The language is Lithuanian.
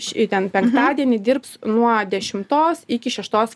šį ten penktadienį dirbs nuo dešimtos iki šeštos